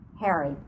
Harry